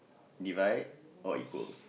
divide or equals